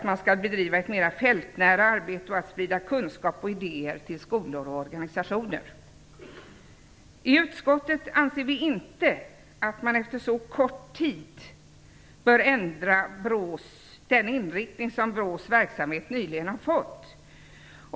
Man skall bedriva ett mera fältnära arbete och sprida kunskap och idéer till skolor och organisationer. Vi i utskottet anser inte att man efter så kort tid bör ändra den inriktning som BRÅ:s verksamhet nyligen har fått.